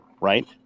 right